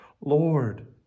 Lord